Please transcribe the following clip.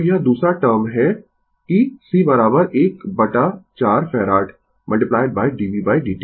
तो यह दूसरा टर्म है कि c 14 farad d v d t